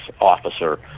officer